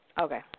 Okay